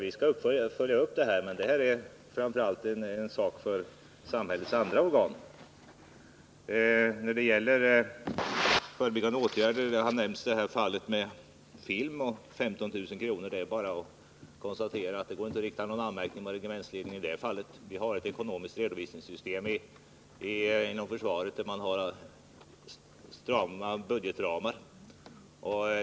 Vi skall följa upp det här, men det är framför allt en sak för samhällets andra organ. När det gäller förebyggande åtgärder nämndes ett fall där man ville visa en film för 15 000 kr. Det är bara att konstatera att det inte går att rikta någon anmärkning mot militärledningen i det fallet. Vi har ett ekonomiskt redovisningssystem inom försvaret, där man har strama budgetramar.